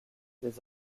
des